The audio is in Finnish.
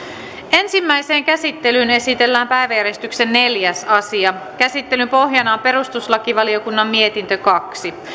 ensimmäiseen käsittelyyn esitellään päiväjärjestyksen neljäs asia käsittelyn pohjana on perustuslakivaliokunnan mietintö kaksi